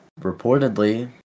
reportedly